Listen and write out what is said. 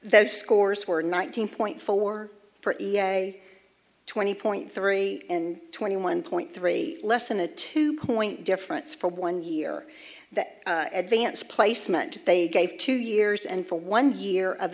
those scores were nineteen point four for twenty point three and twenty one point three less than a two point difference for one year the advanced placement they gave two years and for one year of